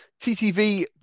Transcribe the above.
TTV